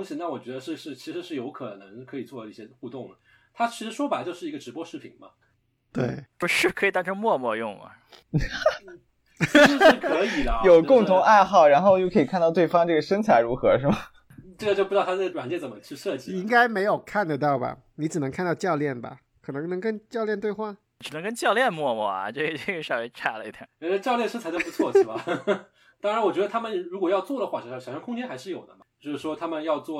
西，那我觉得是- 是- 其实是有可能可以做一些互动的。它其实说白了就是一个直播视频嘛。对。不是，可以当成陌陌用吗？ 其实是可以的啊，有就是-共同爱好，然后又可以看到对方这个身材如何，是吗？这个就不知道它这个软件怎么去设计了。应该没有看得到吧，你只能看到教练吧，可能能跟教练对话。只能跟教练陌陌啊，这个- 这个稍微差了一点。 哎，教练身材都不错，是吧？当然我觉得他们如果要做的话，想- 想象空间还是有的嘛。就是说他们要做